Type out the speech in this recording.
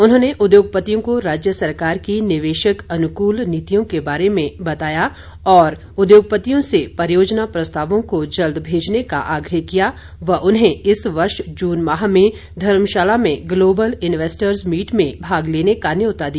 उन्होंने उद्योगपतियों को राज्य सरकार की निवेशक अनुकूल नीतियों के बारे में बताते हुए कहा कि उद्योगपतियों से परियोजना प्रस्तावों को जल्द भेजने का आग्रह किया और उन्हें इस वर्ष जून माह में धर्मशाला में ग्लोबल इन्वेस्टर्स मीट में भाग लेने का न्यौता दिया